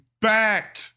back